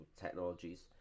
technologies